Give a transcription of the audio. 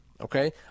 okay